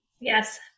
Yes